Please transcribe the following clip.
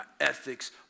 ethics